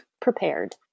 prepared